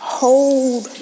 hold